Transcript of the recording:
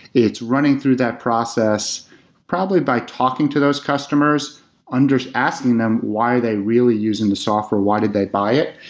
it's running through that process probably by talking to those customers and asking them why they're really using the software. why did they buy it,